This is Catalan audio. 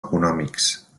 econòmics